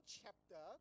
chapter